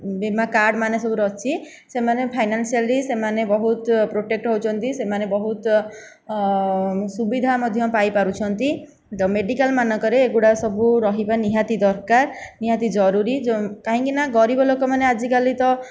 ବୀମା କାର୍ଡ଼ ମାନେ ସବୁ ଅଛି ସେମାନେ ଫାଇନାନସିଆଲି ସେମାନେ ବହୁତ ପ୍ରୋଟେକ୍ଟ ହଉଛନ୍ତି ସେମାନେ ବହୁତ ସୁବିଧା ମଧ୍ୟ ପାଇପାରୁଛନ୍ତି ମେଡ଼ିକାଲ ମାନଙ୍କରେ ଏଗୁଡ଼ା ସବୁ ରହିବା ନିହାତି ଦରକାର ନିହାତି ଜରୁରୀ କାହିଁକି ନା ଗରିବ ଲୋକମାନେ ଆଜିକାଲିତ